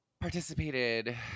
participated